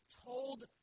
told